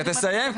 תסיים,